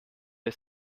der